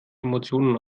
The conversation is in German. emotionen